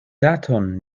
daton